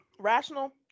rational